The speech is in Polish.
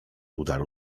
udaru